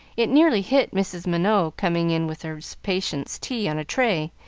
it nearly hit mrs. minot, coming in with her patient's tea on a tray,